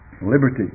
liberty